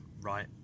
right